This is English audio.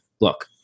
look